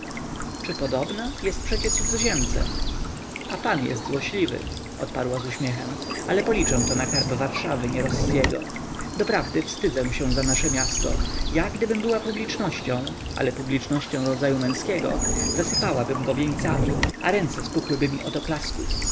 czy podobna jest przecie cudzoziemcem a pan jest złośliwy odparła z uśmiechem ale policzę to na karb warszawy nie rossiego doprawdy wstydzę się za nasze miasto ja gdybym była publicznością ale publicznością rodzaju męskiego zasypałabym go wieńcami a ręce spuchłyby mi od oklasków